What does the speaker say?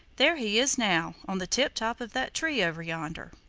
there he is now, on the tiptop of that tree over yonder.